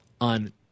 on